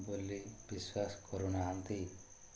ବୋଲି ବିଶ୍ୱାସ କରୁନାହାନ୍ତି